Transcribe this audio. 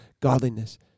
godliness